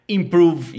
improve